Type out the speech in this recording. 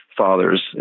Fathers